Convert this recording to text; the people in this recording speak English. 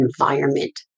environment